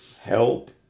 Help